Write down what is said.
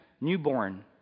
Newborn